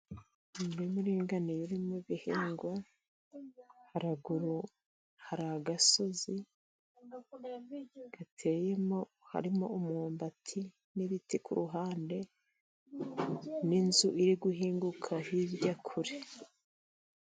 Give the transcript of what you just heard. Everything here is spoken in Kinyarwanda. Umurima uringaniye urimo ibihingwa, haraguru hari agasozi gateyemo ,harimo umwumbati n'ibiti ku ruhande, n'inzu iri guhinguka hirya kure.